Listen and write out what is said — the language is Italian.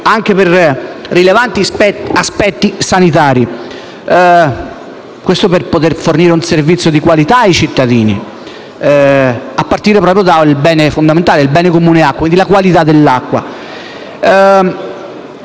anche per rilevanti aspetti sanitari. Questo per poter fornire un servizio di qualità ai cittadini, a partire proprio dal bene fondamentale, dal bene comune acqua e, quindi, dalla qualità dell'acqua.